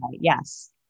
Yes